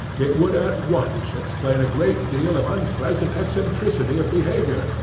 it would at once explain a great deal of unpleasant eccentricity of behaviour,